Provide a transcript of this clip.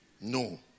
No